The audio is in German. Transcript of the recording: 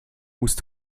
musst